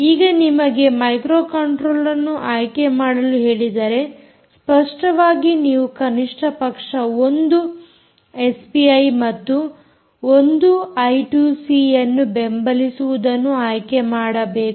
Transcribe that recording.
ಈಗ ನಿಮಗೆ microcontroller ಅನ್ನು ಆಯ್ಕೆ ಮಾಡಲು ಹೇಳಿದರೆ ಸ್ಪಷ್ಟವಾಗಿ ನೀವು ಕನಿಷ್ಟಪಕ್ಷ ಒಂದು ಎಸ್ಪಿಐ ಮತ್ತು ಒಂದು ಐ2ಸಿಯನ್ನು ಬೆಂಬಲಿಸುವುದನ್ನು ಆಯ್ಕೆ ಮಾಡಬೇಕು